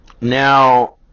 now